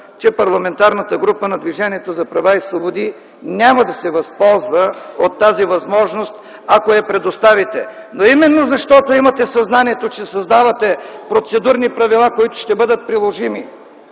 че Парламентарната група на Движението за права и свободи няма да се възползва от тази възможност, ако я предоставите. Но именно защото имате съзнанието, че създавате процедурни правила, които ще бъдат приложими